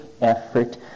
effort